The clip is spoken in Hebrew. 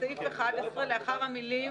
בסעיף 11, לאחר המילים